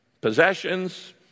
possessions